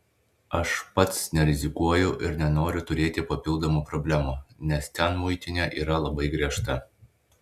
aš pats nerizikuoju ir nenoriu turėti papildomų problemų nes ten muitinė yra labai griežta